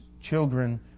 children